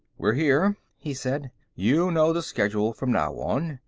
we're here, he said. you know the schedule from now on.